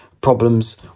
problems